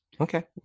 Okay